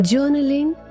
Journaling